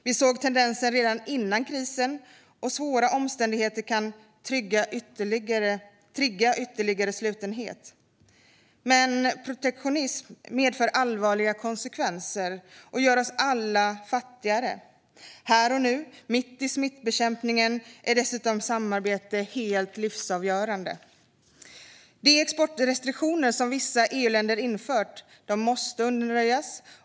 Vi såg tendenser redan före krisen, och svåra omständigheter kan trigga ytterligare slutenhet. Men protektionism medför allvarliga konsekvenser och gör oss alla fattigare. Här och nu, mitt i smittbekämpningen, är dessutom samarbete helt livsavgörande. De exportrestriktioner som vissa EU-länder infört måste undanröjas.